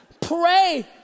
pray